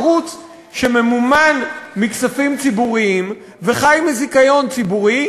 ערוץ שממומן מכספים ציבוריים וחי מזיכיון ציבורי,